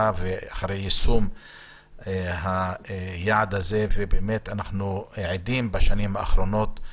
אחרי יישום היעד הזה באמת עדים בשנים האחרונות,